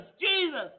Jesus